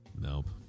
Nope